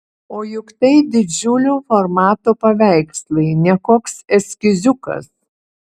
o juk tai didžiulio formato paveikslai ne koks eskiziukas